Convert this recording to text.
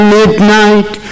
midnight